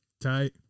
Tight